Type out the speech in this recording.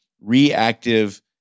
reactive